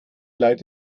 leid